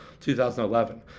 2011